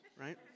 right